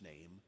name